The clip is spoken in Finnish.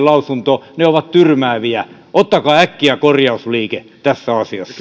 lausuntoon ovat tyrmääviä ottakaa äkkiä korjausliike tässä asiassa